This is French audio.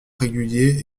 réguliers